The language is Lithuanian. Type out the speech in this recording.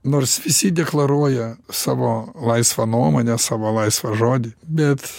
nors visi deklaruoja savo laisvą nuomonę savo laisvą žodį bet